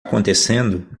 acontecendo